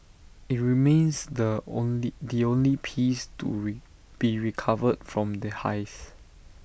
IT remains the only the only piece to be recovered from the heist